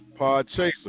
Podchaser